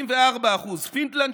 74%; פינלנד,